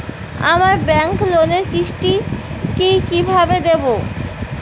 আমার ব্যাংক লোনের কিস্তি কি কিভাবে দেবো?